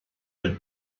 would